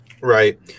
Right